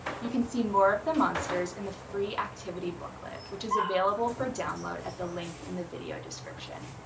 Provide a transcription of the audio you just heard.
you can see more of the monsters in the free activity booklet which is available for download at the link in the video description,